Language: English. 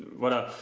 but.